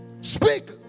Speak